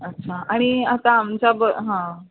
अच्छा आणि आता आमच्या ब हां बरं